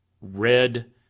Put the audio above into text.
red